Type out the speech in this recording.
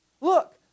Look